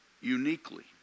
uniquely